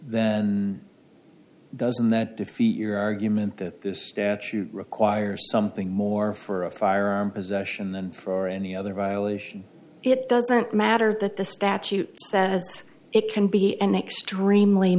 that doesn't that defeat your argument that the statute requires something more for a firearm possession than for any other violation it doesn't matter that the statute says it can be an extremely